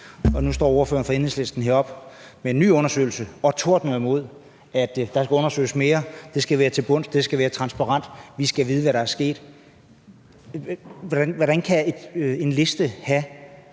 Nu står ordføreren for Enhedslisten heroppe med en ny undersøgelse og tordner og siger, at det skal undersøges mere, at det skal være tilbundsgående og transparent, at vi skal vide, hvad der er sket. Hvordan kan et parti have